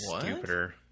stupider